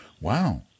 Wow